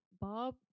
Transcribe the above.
Bob